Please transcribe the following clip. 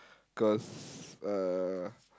cause uh